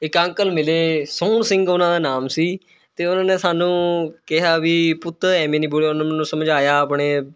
ਇਕ ਅੰਕਲ ਮਿਲੇ ਸੋਹਣ ਸਿੰਘ ਉਹਨਾਂ ਦਾ ਨਾਮ ਸੀ ਅਤੇ ਉਹਨਾਂ ਨੇ ਸਾਨੂੰ ਕਿਹਾ ਵੀ ਪੁੱਤ ਐਵੇਂ ਨਹੀਂ ਬੋਲ ਉਹਨਾਂ ਨੇ ਮੈਨੂੰ ਸਮਝਾਇਆ ਆਪਣੇ